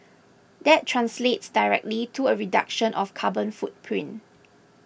that translates directly to a reduction of carbon footprint